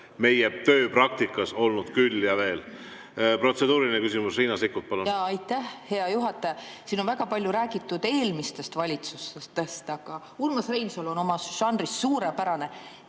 meie tööpraktikas olnud küll ja veel. Protseduuriline küsimus, Riina Sikkut, palun! Aitäh, hea juhataja! Siin on väga palju räägitud eelmistest valitsustest. Aga Urmas Reinsalu on omas žanris suurepärane.